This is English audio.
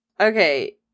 Okay